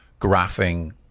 graphing